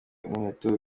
umuheto